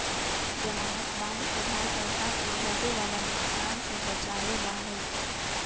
ज़मानत बांड उधारकर्ता के होवे वाला नुकसान से बचावे ला हई